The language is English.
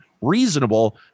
reasonable